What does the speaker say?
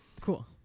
Cool